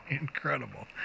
Incredible